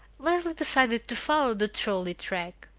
leslie decided to follow the trolley track.